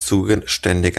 zuständige